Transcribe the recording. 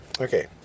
Okay